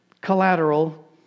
collateral